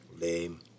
Lame